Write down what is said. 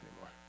anymore